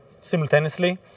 simultaneously